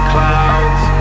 Clouds